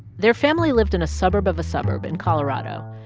their family lived in a suburb of a suburb in colorado,